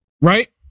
right